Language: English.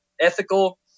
ethical